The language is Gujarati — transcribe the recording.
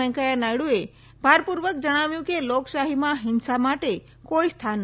વેંકૈયા નાયડુએ ભાર પૂર્વક કહ્યું કે લોકશાહીમાં હિંસા માટે કોઈ સ્થાન નથી